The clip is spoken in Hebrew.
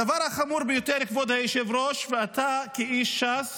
הדבר החמור ביותר, כבוד היושב-ראש, ואתה כאיש ש"ס